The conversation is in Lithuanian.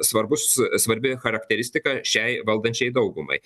svarbūs svarbi charakteristika šiai valdančiajai daugumai